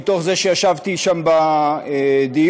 מתוך זה שישבתי בדיון,